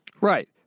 right